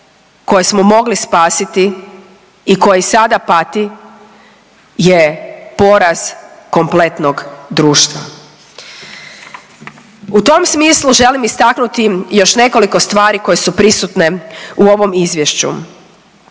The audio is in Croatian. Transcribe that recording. koje smo mogli spasiti i koji sada pati je poraz kompletnog društva. U tom smislu želim istaknuti još nekoliko stvari koje su prisutne u ovom izvješću.